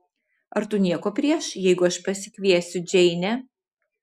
ar tu nieko prieš jeigu aš pasikviesiu džeinę